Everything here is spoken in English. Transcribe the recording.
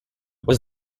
was